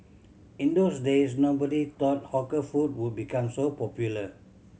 in those days nobody thought hawker food would become so popular